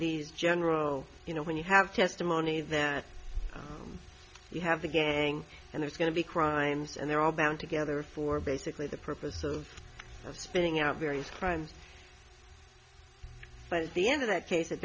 these general you know when you have testimony that you have the gang and there's going to be crimes and they're all bound together for basically the purpose of spinning out various crimes but at the end of that case it